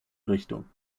richtung